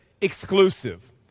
exclusive